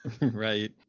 Right